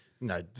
No